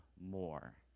more